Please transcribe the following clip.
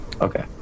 Okay